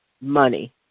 money